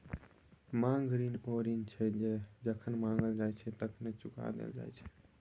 मांग ऋण ओ ऋण छै जे जखन माँगल जाइ तए चुका देल जाय